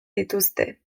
dituzte